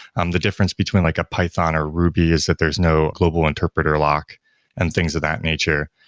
um the difference between like a python, or ruby is that there's no global interpreter lock and things of that nature.